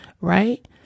right